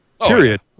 Period